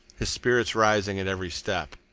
his spirits rising at every step.